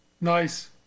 Nice